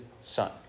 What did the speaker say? son